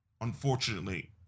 unfortunately